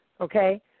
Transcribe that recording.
okay